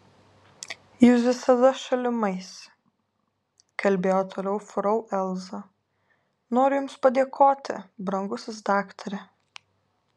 jūs visada šalimais kalbėjo toliau frau elza noriu jums padėkoti brangusis daktare